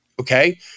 Okay